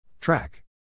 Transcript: Track